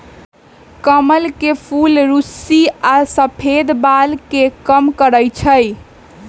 कमल के फूल रुस्सी आ सफेद बाल के कम करई छई